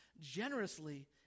generously